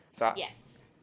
Yes